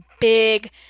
big